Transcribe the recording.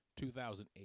2008